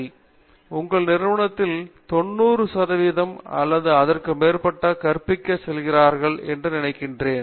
பேராசிரியர் ரவீந்திர ஜெட்டூ எங்கள் நிறுவனத்தில் 90 சதவிகிதம் அல்லது அதற்கு மேற்பட்டவர்கள் கற்பிக்க செல்கிறார்கள் என்று நான் நினைக்கிறேன்